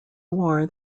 war